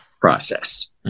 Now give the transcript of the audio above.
process